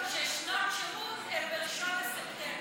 ששנות שירות זה ב-1 בספטמבר.